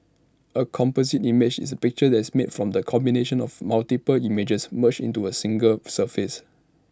A composite image is A picture that's made from the combination of multiple images merged into A single surface